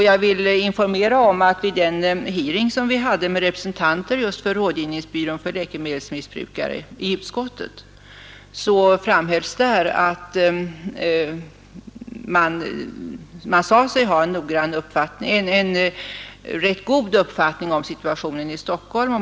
Jag vill informera om att vid den hearing som vi hade i justitieutskottet med representanter för rådgivningsbyrån för läkemedelsmissbrukare sade man sig ha en rätt god uppfattning om situationen i Stockholm.